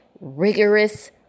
rigorous